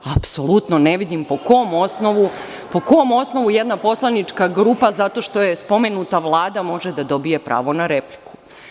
Apsolutno ne vidim po kom osnovu jedna poslanička grupa zato što je spomenuta Vlada može da dobije pravo na repliku.